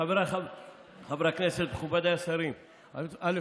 חבריי חברי הכנסת, מכובדיי השרים, א.